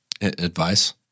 Advice